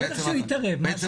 בטח שיתערב, מה השאלה.